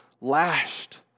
lashed